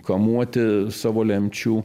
kamuoti savo lemčių